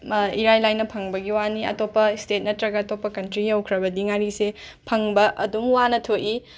ꯏꯔꯥꯏ ꯂꯥꯏꯅ ꯐꯪꯕꯒꯤ ꯋꯥꯅꯤ ꯑꯇꯣꯞꯄ ꯁ꯭ꯇꯦꯠ ꯅꯠꯇ꯭ꯔꯒ ꯑꯇꯣꯞꯄ ꯀꯟꯇ꯭ꯔꯤ ꯌꯧꯈ꯭ꯔꯕꯗꯤ ꯉꯥꯔꯤꯁꯦ ꯐꯪꯕ ꯑꯗꯨꯝ ꯋꯥꯅ ꯊꯣꯛꯏ